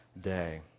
day